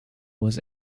was